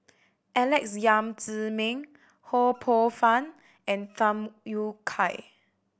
Alex Yam Ziming Ho Poh Fun and Tham Yui Kai